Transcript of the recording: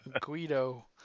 Guido